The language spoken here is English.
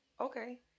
okay